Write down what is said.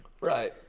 Right